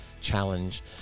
challenge